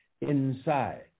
inside